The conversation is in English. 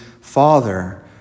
father